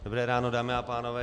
Dobré ráno, dámy a pánové.